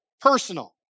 Personal